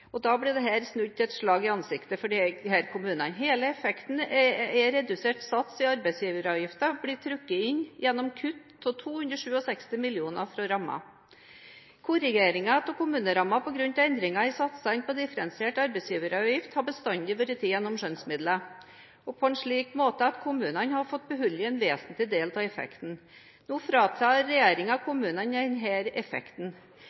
2015. Da ble dette snudd til et slag i ansiktet for disse kommunene. Hele effekten av redusert sats i arbeidsgiveravgiften blir trukket inn gjennom kutt på 267 mill. kr fra rammen. Korrigeringen av kommunerammen på grunn av endringen i satsene på differensiert arbeidsgiveravgift har bestandig vært tatt gjennom skjønnsmidler og på en slik måte at kommunene har fått beholde en vesentlig del av effekten. Nå fratar regjeringen kommunene denne effekten.